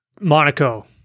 Monaco